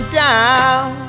down